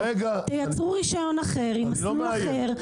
תייצרו רישיון אחר עם מסלול אחר,